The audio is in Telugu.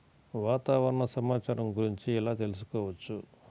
వాతావరణ సమాచారం గురించి ఎలా తెలుసుకోవచ్చు?